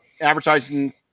advertising